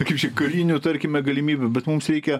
na kaip čia karinių tarkime galimybių bet mums reikia